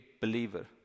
believer